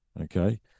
Okay